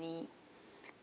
family